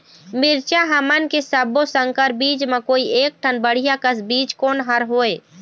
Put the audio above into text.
मिरचा हमन के सब्बो संकर बीज म कोई एक ठन बढ़िया कस बीज कोन हर होए?